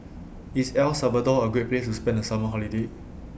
IS El Salvador A Great Place to spend The Summer Holiday